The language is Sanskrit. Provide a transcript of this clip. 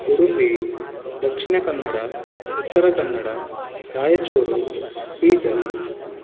उडुपि दक्षिणकन्नड उत्तरकन्नड रायचूर् बीदर्